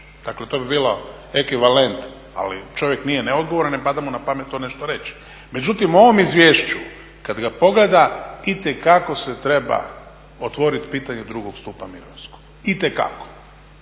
Dakle to bi bilo ekvivalent, ali čovjek nije neodgovoran, ne pada mu na pamet to nešto reći. Međutim, u ovom izvješću kad ga pogleda itekako se treba otvorit pitanje drugog stupa mirovinskog, itekako,